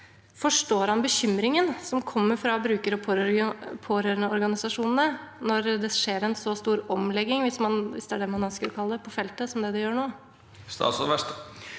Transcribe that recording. Forstår han bekymringen som kommer fra bruker- og pårørendeorganisasjonene når det skjer en så stor omlegging – hvis det er det man ønsker å kalle det – på feltet som det det gjør nå? Statsråd Jan